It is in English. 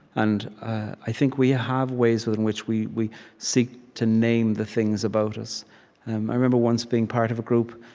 and i think we have ways within which we we seek to name the things about us i remember once being part of a group.